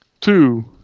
two